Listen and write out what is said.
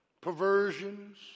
perversions